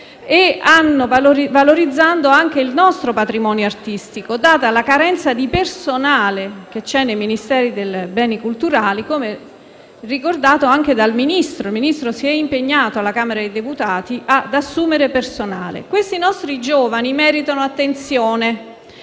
valorizzando anche il nostro patrimonio artistico, data la carenza di personale che c'è nel Ministero dei beni culturali, come ricordato anche dal Ministro. Il Ministro si è impegnato, alla Camera dei deputati, ad assumere personale. Questi nostri giovani meritano attenzione